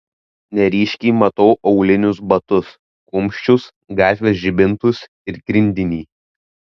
neryškiai matau aulinius batus kumščius gatvės žibintus ir grindinį